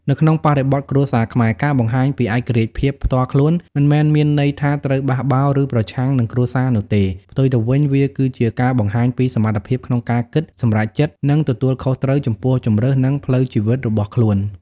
នៅក្នុងបរិបទគ្រួសារខ្មែរ ការបង្ហាញពីឯករាជ្យភាពផ្ទាល់ខ្លួន មិនមែនមានន័យថាត្រូវបះបោរ ឬប្រឆាំងនឹងគ្រួសារនោះទេ ផ្ទុយទៅវិញ វាគឺជាការបង្ហាញពី សមត្ថភាពក្នុងការគិត សម្រេចចិត្ត និងទទួលខុសត្រូវ ចំពោះជម្រើស និងផ្លូវជីវិតរបស់ខ្លួន។